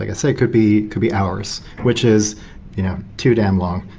like say, could be could be hours, which is too damn long,